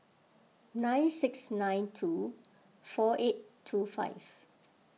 nine six nine two four eight two five